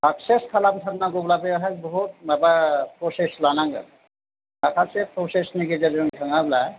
success खालाम थारनांगौब्ला बेवहाय बहुद माबा प्रसेस लानांगोन माखासे प्रसेसनि गेजेरजों थाङाब्ला